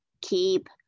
keep